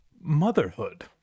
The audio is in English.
motherhood